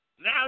Now